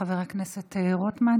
חבר הכנסת רוטמן.